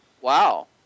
Wow